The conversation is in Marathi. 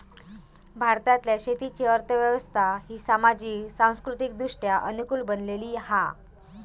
भारतातल्या शेतीची अर्थ व्यवस्था ही सामाजिक, सांस्कृतिकदृष्ट्या अनुकूल बनलेली हा